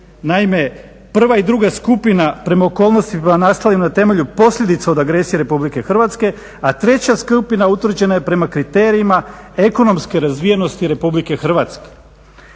Naime, prva i druga skupina prema okolnostima nastalim na temelju posljedica od agresije Republike Hrvatske a treća skupina utvrđena je prema kriterijima ekonomske razvijenosti Republike Hrvatske.